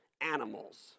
animals